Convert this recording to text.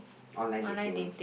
online dating